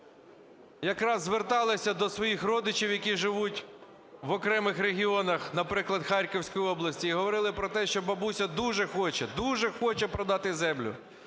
якраз звертались до своїх родичів, які живуть о окремих регіонах, наприклад, в Харківській області, і говорили про те, що бабуся дуже хоче, дуже хоче продати землю…